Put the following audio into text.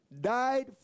died